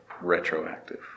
retroactive